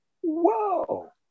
Whoa